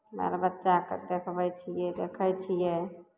बाल बच्चाकेँ देखबै छियै देखै छियै